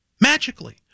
magically